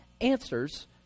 answers